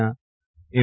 ના એમ